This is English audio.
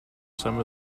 some